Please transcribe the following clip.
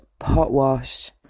Potwash